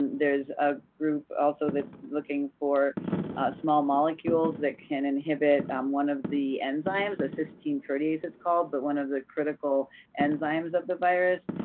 there's a group also that's looking looking for small molecules that can inhibit um one of the enzymes, a cysteine protease it's called, but one of the critical enzymes of the virus,